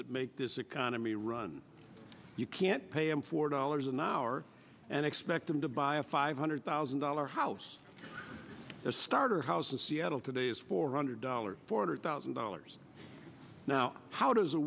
that make this economy run you can't pay em four dollars an hour and expect them to buy a five hundred thousand dollar house a starter house in seattle today is four hundred dollars four hundred thousand dollars now how does